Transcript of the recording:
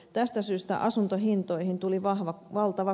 tästä syystä asuntohintoihin tuli valtava kupla